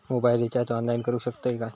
Mobile recharge online करुक शकतू काय?